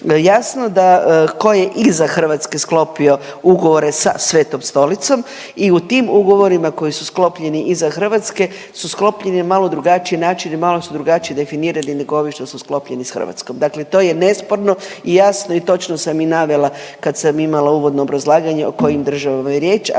jasno da ko je iza Hrvatske sklopio ugovore sa Svetom Stolicom i u tim ugovorima koji su sklopljeni iza Hrvatske su sklopljeni na malo drugačiji način i malo su drugačije definirani nego ovi što su sklopljeni s Hrvatskom, dakle to je nesporno i jasno i točno sam i navela kad sam imala uvodno obrazlaganje o kojim državama je riječ,